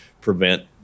prevent